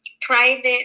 private